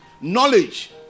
Knowledge